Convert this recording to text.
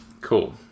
Cool